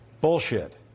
bullshit